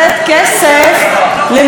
למי שהלך ומכר כרטיסים,